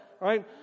right